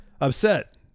upset